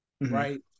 Right